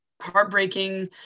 heartbreaking